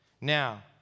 Now